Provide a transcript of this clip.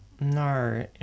No